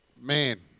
man